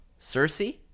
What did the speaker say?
cersei